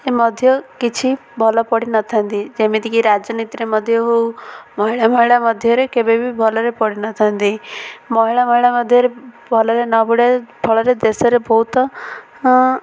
ଏ ମଧ୍ୟ କିଛି ଭଲ ପଢ଼ିନଥାନ୍ତି ଯେମିତିକି ରାଜନୀତିରେ ମଧ୍ୟ ହେଉ ମହିଳା ମହିଳା ମଧ୍ୟରେ କେବେ ବି ଭଲରେ ପଢ଼ିନଥାନ୍ତି ମହିଳା ମହିଳା ମଧ୍ୟରେ ଭଲରେ ନ ପଡିବା ଫଳରେ ଦେଶରେ ବହୁତ